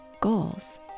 goals